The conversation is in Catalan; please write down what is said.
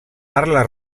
parla